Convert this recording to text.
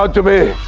ah to be